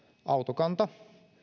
autokanta